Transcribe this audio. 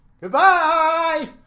Goodbye